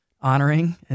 honoring